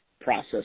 process